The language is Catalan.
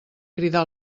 cridar